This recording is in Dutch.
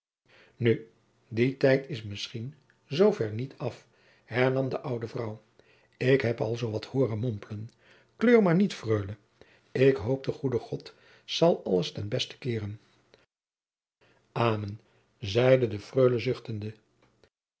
nu die tijd is misschien zoo ver niet af hernam de oude vrouw ik heb al zoo wat hooren mompelen kleur maôr niet freule ik hoop de goede god zal alles ten beste keeren amen zeide de freule